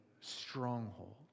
stronghold